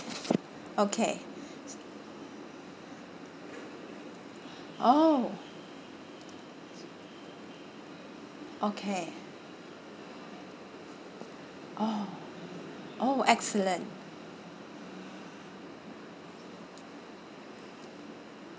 okay oh okay oh oh excellent